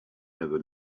never